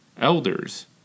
elders